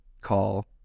call